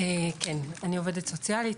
אני עובדת סוציאלית.